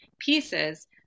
pieces